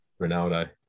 Ronaldo